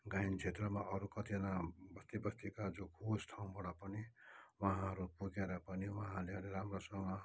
गायन क्षेत्रमा अरू कतिजना बस्ती बस्तीका जो खोँच ठाउँबाट पनि उहाँहरू पुगेर पनि उहाँहरूले अहिले राम्रोसँग